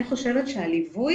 אני חושבת שהליווי